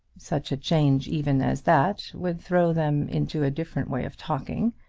such a change even as that would throw them into a different way of talking,